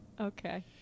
Okay